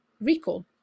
recall